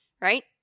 right